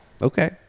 Okay